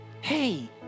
Hey